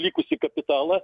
likusį kapitalą